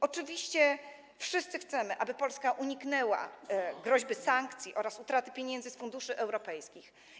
Oczywiście wszyscy chcemy, aby Polska uniknęła groźby sankcji oraz utraty pieniędzy z funduszy europejskich.